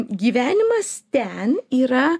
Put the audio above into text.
gyvenimas ten yra